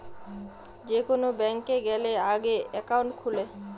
যে কোন ব্যাংকে গ্যালে আগে একাউন্ট খুলে